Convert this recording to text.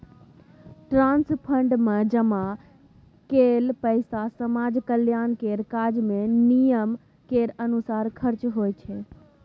trust fund मे जमा कएल पैसा समाज कल्याण केर काज मे नियम केर अनुसार खर्च होइ छै